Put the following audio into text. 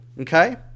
okay